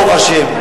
ברוך השם.